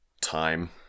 time